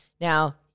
Now